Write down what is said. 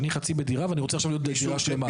אני חצי בדירה ואני רוצה עכשיו להיות בדירה שלמה.